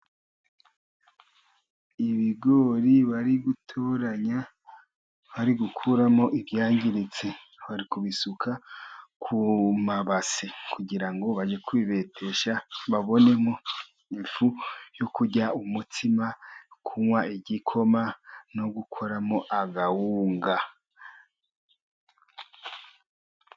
Ibigori bari gutoranya bari gukuramo ibyangiritse. Bari kubisuka ku mabase kugira ngo bajye kubibetesha babonemo ifu yo kurya umutsima, kunywa igikoma no gukoramo akawunga.